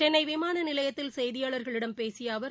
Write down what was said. சென்னை விமான நிலையத்தில் செய்தியாளர்களிடம் பேசிய அவர்